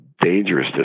dangerous